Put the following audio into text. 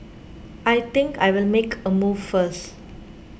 I think I'll make a move first